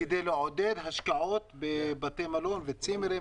כדי לעודד השקעות בבתי מלון וצימרים